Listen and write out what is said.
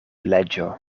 leĝo